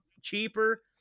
cheaper